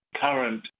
current